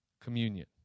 Communion